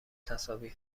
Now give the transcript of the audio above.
تصاویر